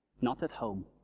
not at home.